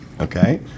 Okay